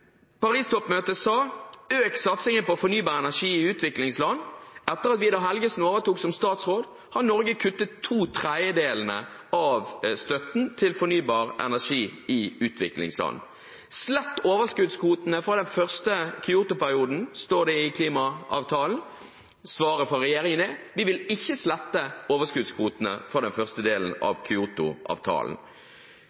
satsingen på fornybar energi i utviklingsland. Etter at Vidar Helgesen overtok som statsråd, har Norge kuttet to tredjedeler av støtten til fornybar energi i utviklingsland. Slett overskuddskvotene fra den første Kyoto-perioden, står det i klimaavtalen. Svaret fra regjeringen er: Vi vil ikke slette overskuddskvotene fra den første delen